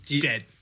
Dead